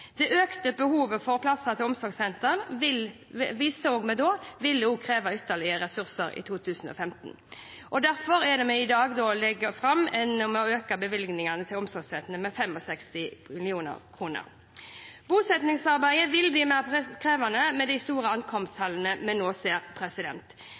Det økte behovet for plasser i omsorgssentre vil jo kreve ytterligere ressurser i 2015, og det er derfor vi i dag legger fram et forslag om å øke bevilgningene til omsorgssentrene med 65 mill. kr. Bosettingsarbeidet vil bli mer krevende med de store ankomsttallene vi nå ser.